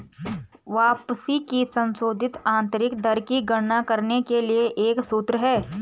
वापसी की संशोधित आंतरिक दर की गणना करने के लिए एक सूत्र है